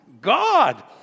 God